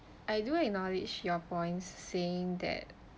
I do acknowledge your points saying that